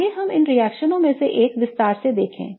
आइए हम इन रिएक्शनओं में से एक पर विस्तार से देखें